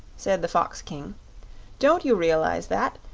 said the fox-king. don't you realize that?